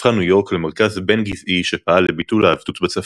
הפכה ניו יורק למרכז בין-גזעי שפעל לביטול העבדות בצפון.